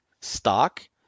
stock